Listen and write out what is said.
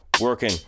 Working